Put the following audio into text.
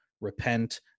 repent